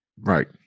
Right